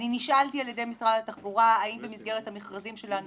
נשאלתי על ידי משרד התחבורה האם במסגרת המכרזים שלנו